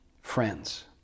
Friends